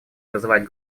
вызывать